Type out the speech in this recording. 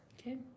Okay